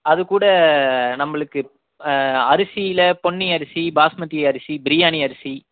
அதுக் கூட நம்புளுக்கு அரிசியில பொன்னி அரிசி பாஸ்மதி அரிசி பிரியாணி அரிசி